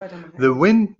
wind